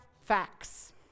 facts